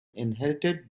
inherited